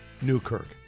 Newkirk